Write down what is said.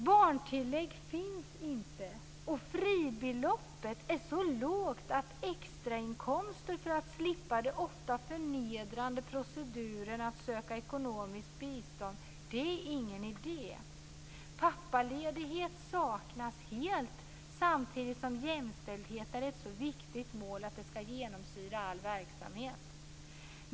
Barntillägg finns inte, och fribeloppet är så lågt att extrainkomster för att slippa den ofta förnedrande proceduren att söka ekonomiskt bistånd är ingen idé. Pappaledighet saknas helt, samtidigt som jämställdhet är ett så viktigt mål att det skall genomsyra all verksamhet.